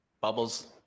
bubbles